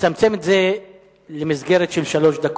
לצמצם את זה למסגרת של שלוש דקות.